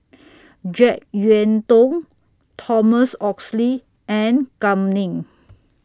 Jek Yeun Thong Thomas Oxley and Kam Ning